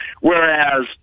whereas